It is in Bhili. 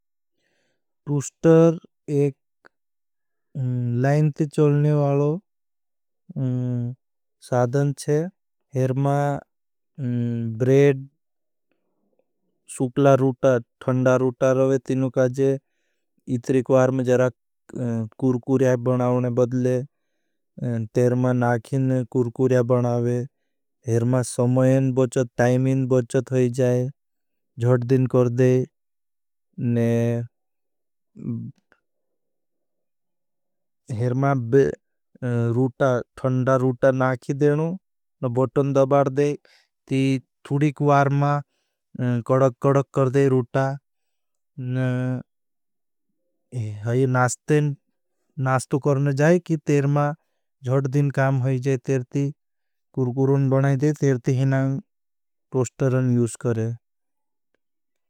पूष्टर एक लाइन ती चलने वालो साधन छे हरमा ब्रेड शुकला रूटा थंडा रूटा रवे तीनु काजे इतरीक वारम जराग कूरकूर्या बनावने। बदले तेरमा नाखिन कूरकूर्या बनावे हरमा समयें बचत, टाइमें बचत होई जाए। जट दिन करदे न हरमा रूटा थंडा रूटा नाखि देनु। बटन दबार दे ती थुड़ीक वारमा कड़क कड़क करदे रूटा न नास्तो करने जाए कि तेरमा जट दिन काम होई जे। कूरकूर न बनाए दे तेरती हिना टोस्टर न यूज करे।